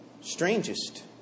strangest